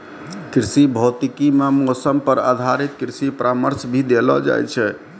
कृषि भौतिकी मॅ मौसम पर आधारित कृषि परामर्श भी देलो जाय छै